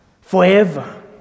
forever